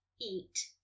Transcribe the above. eat